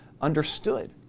understood